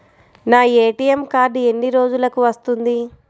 నా ATM card ఎన్ని రోజులకు వస్తుంది?